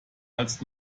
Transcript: als